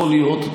יכול להיות.